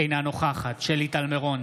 אינה נוכחת שלי טל מירון,